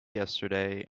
yesterday